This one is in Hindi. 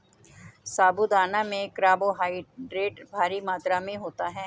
साबूदाना में कार्बोहायड्रेट भारी मात्रा में होता है